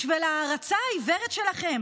בשביל ההערצה העיוורת שלכם?